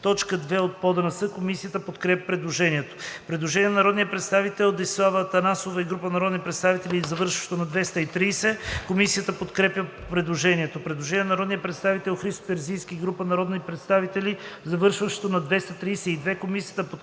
6, т. 2 от ПОДНС. Комисията подкрепя предложението. Предложение на народния представител Десислава Атанасова и група народни представители, завършващо на 230. Комисията подкрепя предложението. Предложение на народния представител Христо Терзийски и група народни представители, завършващо на 232. Комисията подкрепя